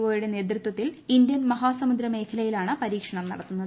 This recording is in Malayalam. ഒയുടെ നേതൃത്വത്തിൽ ഇന്ത്യൻ മഹാസമുദ്ര മേഖലയിലാണ് പരീക്ഷണം നടത്തുന്നത്